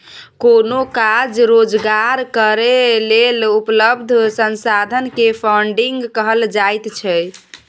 कोनो काज रोजगार करै लेल उपलब्ध संसाधन के फन्डिंग कहल जाइत छइ